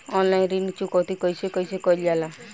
Online ऋण चुकौती कइसे कइसे कइल जाला?